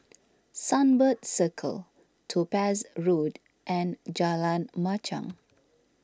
Sunbird Circle Topaz Road and Jalan Machang